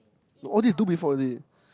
all this do before is it